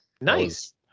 Nice